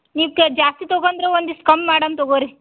ಇವ್ಕೆ ಜಾಸ್ತಿ ತೊಗೊಂಡ್ರ್ ಒಂದಿಷ್ಟ್ ಕಮ್ಮಿ ಮಾಡೋಣ್ ತಗೋರಿ